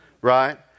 Right